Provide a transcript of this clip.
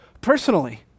personally